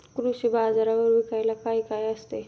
कृषी बाजारावर विकायला काय काय असते?